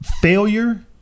failure